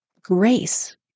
grace